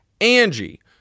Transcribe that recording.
Angie